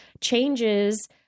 changes